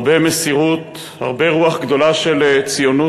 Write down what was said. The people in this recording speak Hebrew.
הרבה מסירות, הרבה רוח גדולה של ציונות